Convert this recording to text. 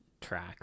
track